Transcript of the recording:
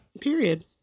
Period